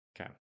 Okay